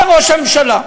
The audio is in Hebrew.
זה ראש הממשלה.